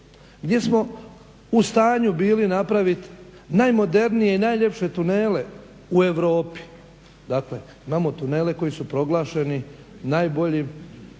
Gdje smo u stanju bili napravit najmodernije i najljepše tunele u Europi. Dakle imao tunele koji su proglašeni najboljim